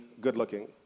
good-looking